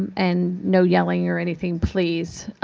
and no yelling or anything, please.